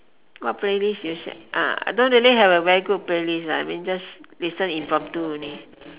what playlist you ah I don't really have a very good playlist lah I mean just listen impromptu only